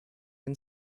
and